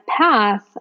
path